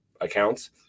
accounts